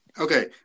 Okay